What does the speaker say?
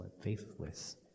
faithless